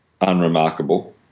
unremarkable